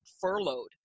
furloughed